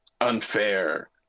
unfair